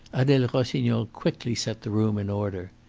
adele rossignol quickly set the room in order.